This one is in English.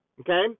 okay